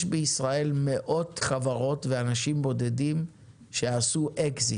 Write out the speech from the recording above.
יש בישראל מאות חברות ואנשים בודדים שעשו אקזיט